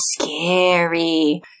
Scary